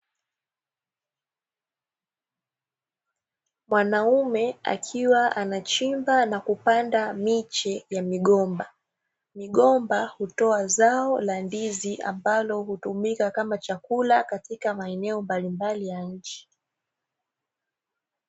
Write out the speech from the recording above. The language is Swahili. Mwanaume akiwa anachimba na kupanda miche ya migomba. Migomba hutoa zao la ndizi ambalo hutumika kama chakula katika maeneo mbalimbali ya nchi.